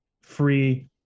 free